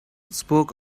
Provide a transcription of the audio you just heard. spoke